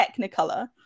technicolor